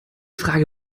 frage